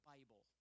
Bible